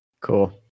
Cool